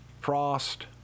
Frost